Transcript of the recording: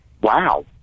Wow